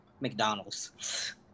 McDonald's